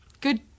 Good